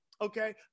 okay